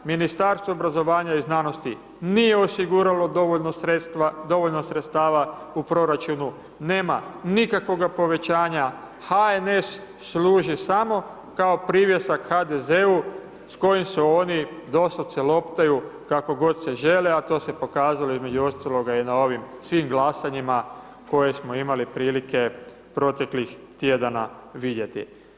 Ministarstvo obrazovanja i znanosti nije osiguralo dovoljno sredstava u proračunu, nema nikakvoga povećanja, HNS služi samo kao privjesak HDZ-u s kojim se oni doslovce lotaju kako god se žele a to se pokazalo između ostaloga i na ovim svim glasanjima koje smo imali prilike proteklih tjedana vidjeti.